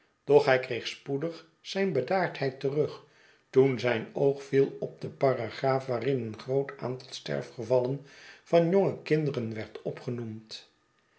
doch hij kreeg spoedig zijn bedaardheid terug toen zijn oog viel op de paragraaf waarin een groot aantal sterfgevallen van jonge kinderen werd opgen